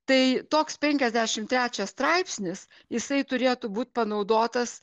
tai toks penkiasdešim trečias straipsnis jisai turėtų būt panaudotas